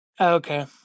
Okay